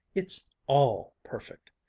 it's all perfect!